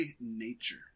nature